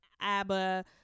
Abba